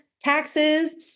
taxes